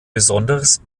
besonderes